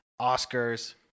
oscars